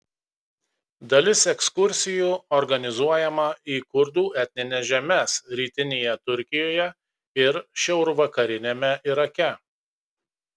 dalis ekskursijų organizuojama į kurdų etnines žemes rytinėje turkijoje ir šiaurvakariniame irake